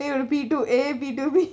then will P_two A then will be two B